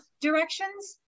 directions